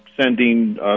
sending